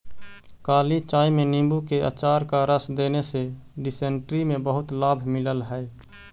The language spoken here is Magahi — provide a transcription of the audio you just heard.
काली चाय में नींबू के अचार का रस देने से डिसेंट्री में बहुत लाभ मिलल हई